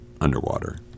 underwater